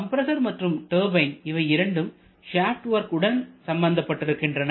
compressor மற்றும் turbine இவை இரண்டும் ஷாப்டு ஒர்க் உடன் சம்பந்தப்பட்டிருக்கின்றன